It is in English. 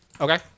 Okay